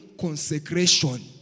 consecration